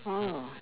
oh